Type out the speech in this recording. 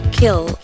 kill